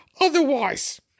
otherwise